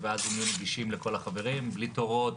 ואז הם יהיו נגישים לכל החברים בלי תורים,